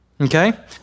Okay